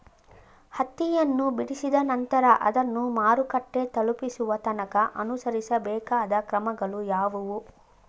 ಹತ್ತಿಯನ್ನು ಬಿಡಿಸಿದ ನಂತರ ಅದನ್ನು ಮಾರುಕಟ್ಟೆ ತಲುಪಿಸುವ ತನಕ ಅನುಸರಿಸಬೇಕಾದ ಕ್ರಮಗಳು ಯಾವುವು?